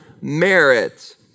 merit